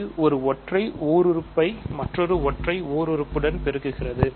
இது ஒரு ஒற்றை ஓருறுப்பை மற்றொரு ஓருறுப்புடன் பெருக்குகிறது